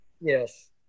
Yes